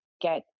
get